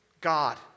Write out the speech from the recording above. God